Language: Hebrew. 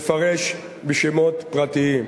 לפרש בשמות פרטיים.